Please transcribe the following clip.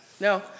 No